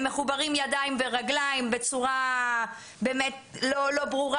הם מחוברים ידיים ורגליים בצורה לא ברורה